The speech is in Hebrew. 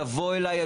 תבוא אליי,